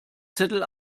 zettel